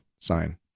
sign